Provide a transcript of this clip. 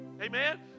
Amen